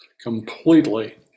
completely